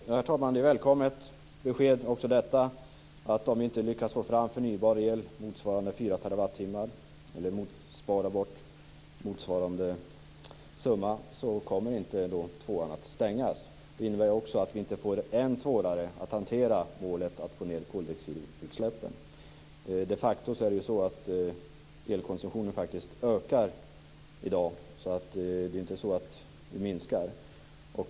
Herr talman! Det är också ett välkommet besked att om vi inte lyckas få fram förnybar el motsvarande fyra terawattimmar eller så att säga spara bort motsvarande summa kommer inte tvåan att stängas. Det innebär ju också att vi inte får ännu svårare att hantera målet om att få ned koldioxidutsläppen. I dag är det ju de facto så att elkonsumtionen ökar, inte minskar.